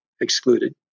excluded